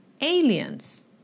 aliens